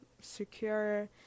secure